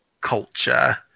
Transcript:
culture